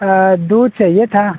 दूध चहिए था